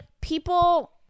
people